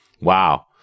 Wow